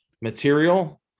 material